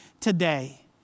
today